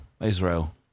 Israel